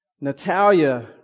Natalia